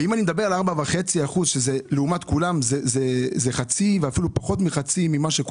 ולגבי 4.5%, שזה חצי ואפילו פחות מחצי לעומת השאר